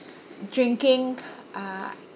drinking uh